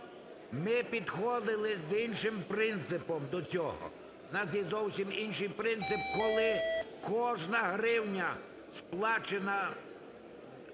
Ми підходили з іншим принципом до цього. У нас є зовсім інший принцип, коли кожна гривня сплачена